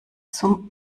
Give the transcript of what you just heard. zum